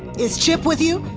is chip with you?